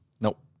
Nope